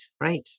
right